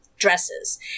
dresses